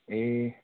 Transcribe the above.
ए